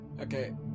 Okay